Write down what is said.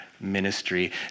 ministry